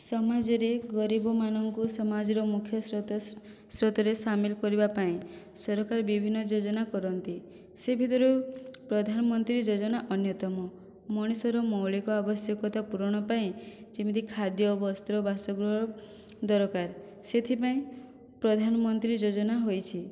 ସମାଜରେ ଗରିବମାନଙ୍କୁ ସମାଜର ମୁଖ୍ୟ ସ୍ରୋତ ସ୍ରୋତରେ ସାମିଲ କରିବା ପାଇଁ ସରକାର ବିଭିନ୍ନ ଯୋଜନା କରନ୍ତି ସେ ଭିତରୁ ପ୍ରଧାନମନ୍ତ୍ରୀ ଯୋଜନା ଅନ୍ୟତମ ମଣିଷର ମୌଳିକ ଆବଶ୍ୟକତା ପୁରଣ ପାଇଁ ଯେମିତି ଖାଦ୍ୟ ବସ୍ତ୍ର ବାସଗୃହ ଦରକାର ସେଥିପାଇଁ ପ୍ରଧାନମନ୍ତ୍ରୀ ଯୋଜନା ହୋଇଛି